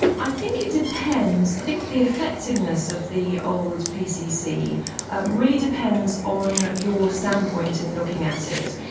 i think it depends. i think the effectiveness of the old pcc ah really depends on your standpoint in looking at it.